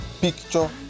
picture